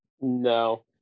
no